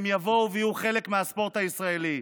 הם יבואו ויהיו חלק מהספורט הישראלי.